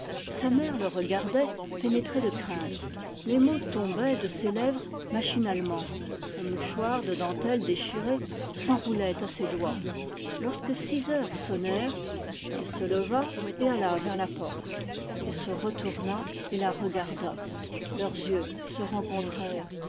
sa mère le regardait pénétrée de crainte les mots tombaient de ses lèvres machinalement un mouchoir de dentelle déchiré s'enroulait à ses doigts lorsque six heures sonnèrent il se leva et alla vers la porte il se retourna et la regarda leurs yeux se